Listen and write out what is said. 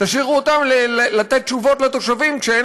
תשאירו אותם לתת תשובות לתושבים כשאין